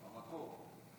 בדיוק.